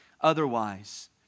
otherwise